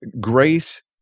grace